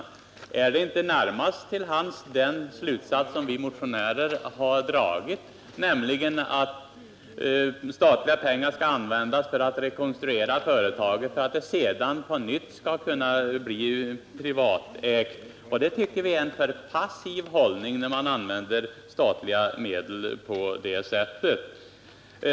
Har inte vi motionärer rätt i vår slutsats att statliga pengar skall användas för att rekonstruera företaget för att detta sedan på nytt skall kunna bli privatägt? Vi tycker att det är en för passiv hållning när man använder statliga medel på det sättet.